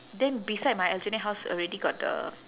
then beside my aljunied house already got the